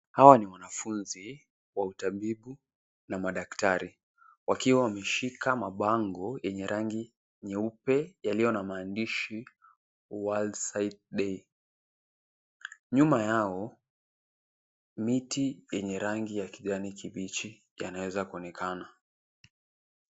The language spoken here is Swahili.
Hawa ni wanafunzi wa utabibu na madaktari, wakiwa wameshika mabango yenye rangi nyeupe yaliyo na maandishi world sight day . Nyuma yao, miti yenye rangi ya kijani kibichi yanaweza kuonekana.